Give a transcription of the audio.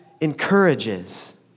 encourages